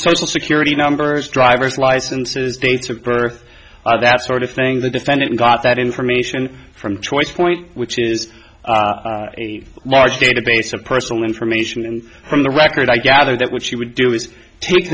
social security numbers driver's licenses dates of birth that sort of thing the defendant got that information from choice point which is a large database of personal information and from the record i gather that what she would do is take